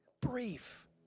Brief